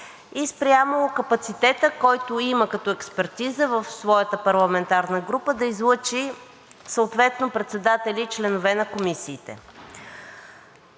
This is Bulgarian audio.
и спрямо капацитета, който има като експертиза в своята парламентарна група, да излъчи съответно председатели и членове на комисиите.